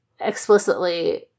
explicitly